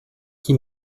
qui